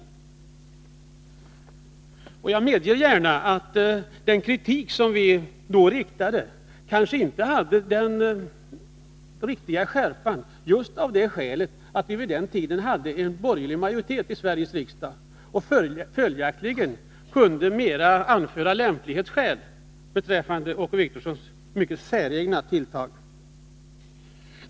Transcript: Jag medger gärna att den kritik som vi då framförde kanske inte hade den riktiga skärpan, just av det skälet att vi vid den tiden hade en borgerlig majoritet i Sveriges riksdag och följaktligen kunde anföra i första hand lämplighetsskäl beträffande Åke Wictorssons mycket säregna tilltag.